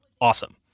awesome